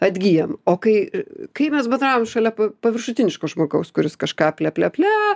atgyjam o kai kai mes bendraujam šalia paviršutiniško žmogaus kuris kažką ple ple ple